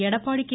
Edappadi K